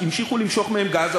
המשיכו למשוך מהם גז,